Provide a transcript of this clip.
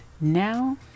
Now